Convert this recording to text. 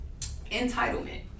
entitlement